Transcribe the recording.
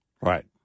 Right